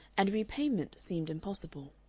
and repayment seemed impossible.